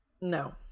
No